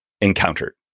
encountered